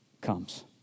comes